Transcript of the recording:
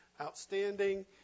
outstanding